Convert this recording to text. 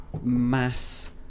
mass